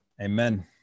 amen